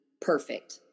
Perfect